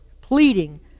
pleading